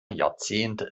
jahrzehnte